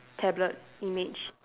tablet image